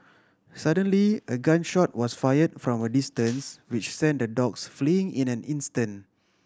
suddenly a gun shot was fired from a distance which sent the dogs fleeing in an instant